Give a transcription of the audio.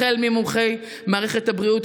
החל ממומחי מערכת הבריאות,